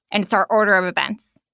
and it's our order of events.